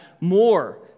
more